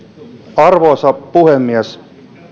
arvoisa puhemies